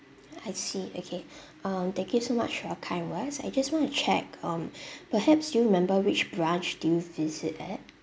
I see okay um thank you so much for your kind words I just want to check um perhaps do you remember which branch did you visit at